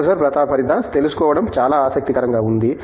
professor Pratap Haridas తెలుసుకోవడం చాలా ఆసక్తికరంగా ఉంది